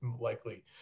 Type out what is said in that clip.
likely